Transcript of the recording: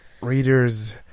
readers